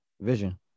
Vision